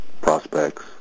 prospects